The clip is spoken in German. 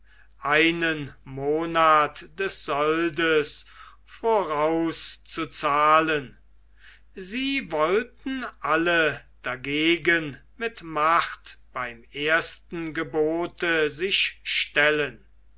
einen monat des soldes vorauszuzahlen sie wollten alle dagegen mit macht beim ersten gebote sich stellen